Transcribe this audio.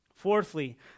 Fourthly